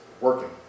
working